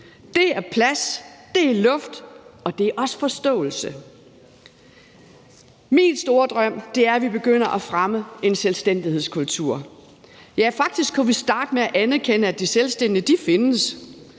Det er plads, det er luft, og det er også forståelse. Min store drøm er, at vi begynder at fremme en selvstændighedskultur. Faktisk kunne vi starte med at anerkende, at de selvstændige findes,